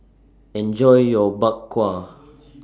Enjoy your Bak Kwa